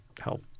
help